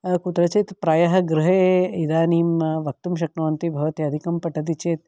कुत्रचित् प्रायः गृहे इदानीं वक्तुं शक्नुवन्ति भवत्यधिकं पठति चेत्